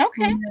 Okay